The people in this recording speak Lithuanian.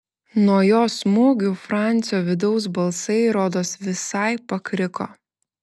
nuo jo smūgių francio vidaus balsai rodos visai pakriko